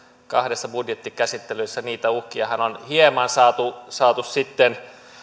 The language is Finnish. kahdessa budjettikäsittelyssä niitä uhkiahan on hieman saatu saatu sitten